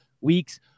weeks